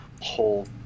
whole